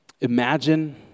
Imagine